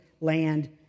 land